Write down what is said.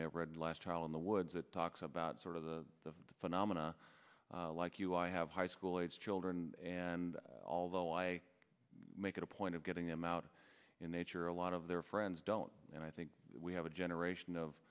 may have read last child in the woods it talks about sort of the phenomena like you i have high school age children and although i make it a point of getting them out in nature a lot of their friends don't and i think we have a generation of